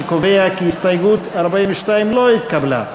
אני קובע כי הסתייגות 42 לא התקבלה.